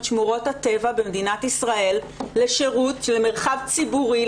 שמורות הטבע במדינת ישראל למרחב ציבורי,